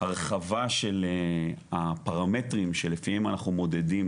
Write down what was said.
הרחבה של הפרמטרים שלפיהם אנחנו מודדים